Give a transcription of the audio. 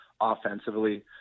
offensively